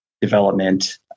development